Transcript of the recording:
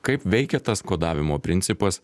kaip veikia tas kodavimo principas